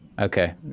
Okay